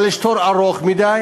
אבל יש תור ארוך מדי,